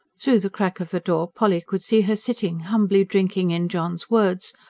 through the crack of the door, polly could see her sitting humbly drinking in john's words,